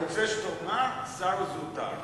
אני רוצה שתאמר שר זוטר.